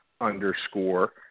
underscore